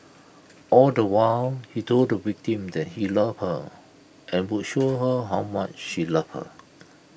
all the while he told the victim that he loved her and would show her how much he loved her